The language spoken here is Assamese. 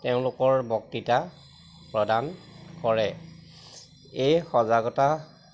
তেওঁলোকৰ বক্তৃতা প্ৰদান কৰে এই সজাগতা